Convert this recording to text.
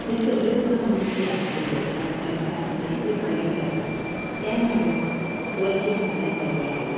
ह्यो सगल्यो समस्या सोडोवपाक सरकार प्रयत्न करीत आसा ते म्हळ्यार स्वच्छ भारत अभियान